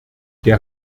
der